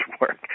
work